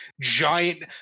giant